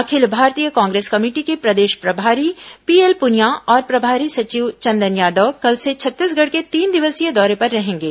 अखिल भारतीय कांग्रेस कमेटी के प्रदेश प्रभारी पीएल पुनिया और प्रभारी सचिव चंदन यादव कल से छत्तीसगढ़ के तीन दिवसीय दौरे पर रहेंगे